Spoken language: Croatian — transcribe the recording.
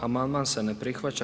Amandman se ne prihvaća.